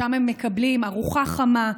ושם הם מקבלים ארוחה חמה,